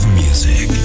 music